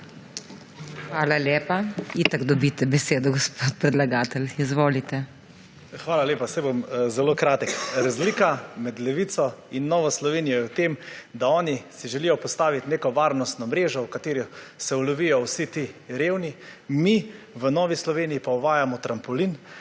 Hvala lepa. Itak dobite besedo, gospod predlagatelj. Izvolite. **ALEKSANDER REBERŠEK (PS NSi):** Hvala lepa, saj bom zelo kratek. Razlika med Levico in Novo Slovenijo je v tem, da si oni želijo postaviti neko varnostno mrežo, v katero se ulovijo vsi ti revni, mi v Novi Sloveniji pa uvajamo trampolin,